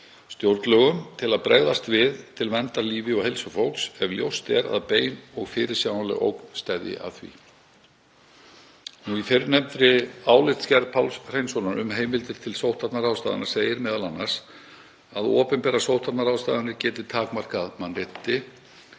stjórnlögum til að bregðast við til verndar lífi og heilsu fólks ef ljóst er að bein og fyrirsjáanleg ógn steðji að því. Í fyrrnefndri álitsgerð Páls Hreinssonar, um heimildir til sóttvarnaráðstafana, segir m.a. að opinberar sóttvarnaráðstafanir geti takmarkað mannréttindi